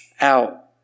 out